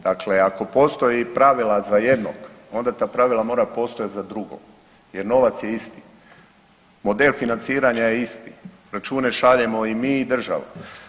Dakle, ako postoje pravila za jednog, onda ta pravila moraju postojati za drugog, jer novac je isti, model financiranja je isti, račune šaljemo i mi i država.